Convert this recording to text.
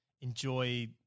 enjoy